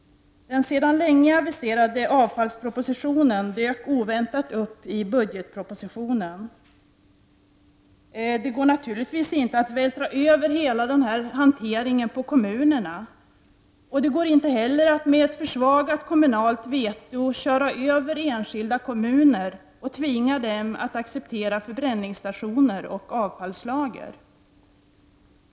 Den sedan länge aviserade avfallspropositionen dök oväntat upp i budget Det går naturligtvis inte att vältra över hela hanteringen på kommunerna, och det går inte heller att med ett försvagat kommunalt veto köra över enskilda kommuner och tvinga dem att acceptera förbränningsstationer och avfallslager.